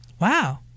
wow